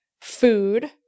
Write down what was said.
food